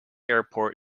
airport